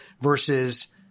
versus